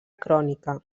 crònica